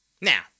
Now